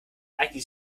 eignet